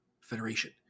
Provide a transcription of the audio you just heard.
Federation